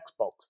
Xbox